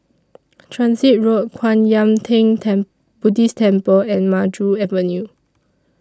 Transit Road Kwan Yam Theng ten Buddhist Temple and Maju Avenue